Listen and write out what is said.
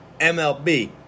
MLB